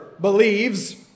believes